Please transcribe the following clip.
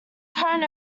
current